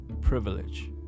privilege